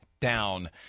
down